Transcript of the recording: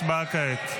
הצבעה כעת.